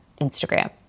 Instagram